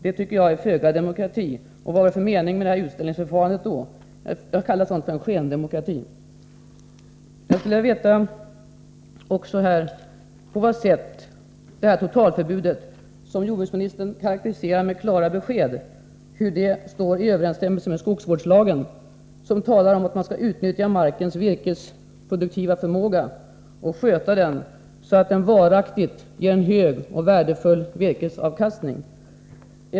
Det tycker jag är föga demokrati. Vad är det då för mening med utställningsförfarandet? Jag kallar det för en skendemokrati. På vad sätt står det här totalförbudet, som jordbruksministern karakteriserar som ”klara besked”, i överensstämmelse med skogsvårdslagen som talar om att man skall utnyttja markens virkesproduktiva förmåga och sköta den så att den varaktigt ger en hög och värdefull virkesavkastning?